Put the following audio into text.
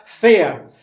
fear